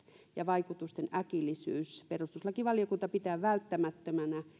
ja vaikutusten äkillisyys perustuslakivaliokunta pitää välttämättömänä